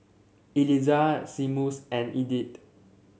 Elizah Seamus and Edith